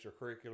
extracurricular